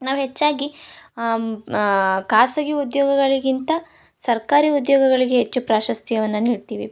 ನಾವು ಹೆಚ್ಚಾಗಿ ಖಾಸಗಿ ಉದ್ಯೋಗಗಳಿಗಿಂತ ಸರ್ಕಾರಿ ಉದ್ಯೋಗಗಳಿಗೆ ಹೆಚ್ಚು ಪ್ರಾಶಸ್ತ್ಯವನ್ನು ನೀಡ್ತೀವಿ